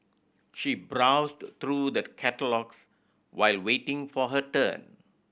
she browsed through the catalogues while waiting for her turn